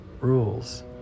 rules